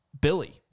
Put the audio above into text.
Billy